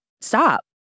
Stop